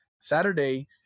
Saturday